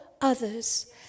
others